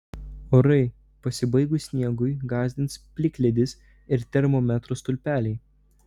orai pasibaigus sniegui gąsdins plikledis ir termometro stulpeliai